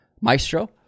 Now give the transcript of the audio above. Maestro